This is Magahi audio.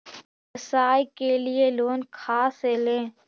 व्यवसाय के लिये लोन खा से ले?